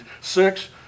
six